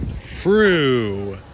Frew